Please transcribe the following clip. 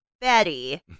Betty